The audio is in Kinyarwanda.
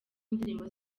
ndirimbo